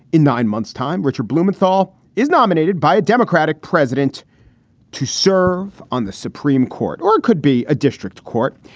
in nine months time, richard blumenthal is nominated by a democratic president to serve on the supreme court, or it could be a district court.